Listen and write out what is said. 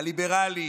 הליברלי,